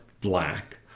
black